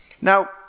Now